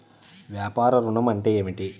వ్యాపార ఋణం అంటే ఏమిటి?